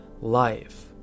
Life